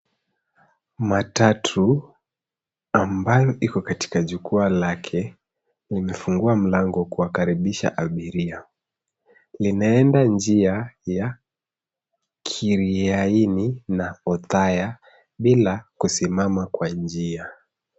Matatu ambayo iko katika jukwaa lake limefungua mlango kuwakaribisha abiria. Linaenda njia ya Kiria Ini na Othaya bila kusimama kwa njia.